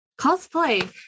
cosplay